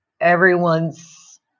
everyone's